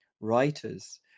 writers